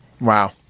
Wow